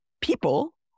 people